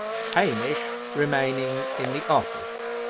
hamish remaining in the office.